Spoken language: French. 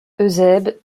eusèbe